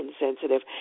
insensitive